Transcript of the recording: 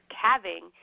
calving